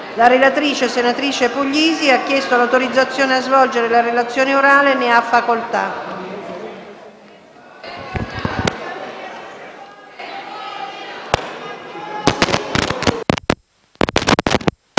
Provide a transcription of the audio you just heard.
La relatrice, senatrice Puglisi, ha chiesto l'autorizzazione a svolgere la relazione orale. Non facendosi